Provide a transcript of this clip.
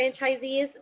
franchisees